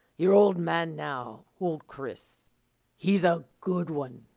your old man, now old chris he's a good one.